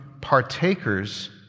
partakers